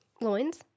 loins